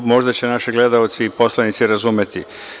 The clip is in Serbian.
Možda će naši gledaoci i poslanici razumeti.